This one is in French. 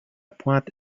pointe